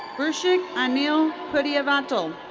rushik anil pudhiyavettle.